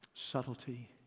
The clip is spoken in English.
Subtlety